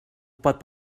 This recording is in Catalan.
pot